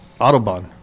Autobahn